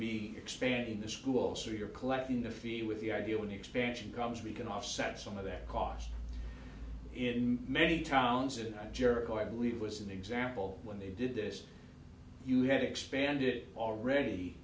be expanding the schools or you're collecting the field with the idea when the expansion comes we can offset some of that cost in many towns and jericho i believe was an example when they did this you had expanded already